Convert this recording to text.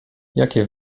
jakie